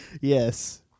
yes